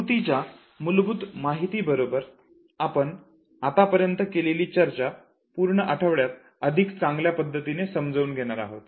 स्मृतीच्या मूलभूत माहिती बरोबर आपण आतापर्यंत केलेली चर्चा पूर्ण आठवड्यात अधिक चांगल्या पद्धतीने समजून घेणार आहोत